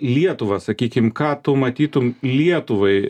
lietuvą sakykim ką tu matytum lietuvai